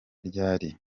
ryari